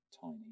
tiny